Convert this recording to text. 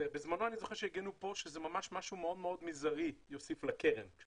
בזמנו אני זוכר שאמרו פה שזה יוסיף לקרן משהו מאוד מאוד מזערי,